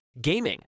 gaming